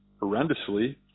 horrendously